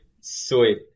Sweet